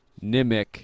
Nimic